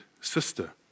sister